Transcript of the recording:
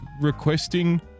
requesting